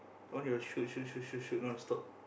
the one he will shoot shoot shoot none stop